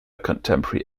contemporary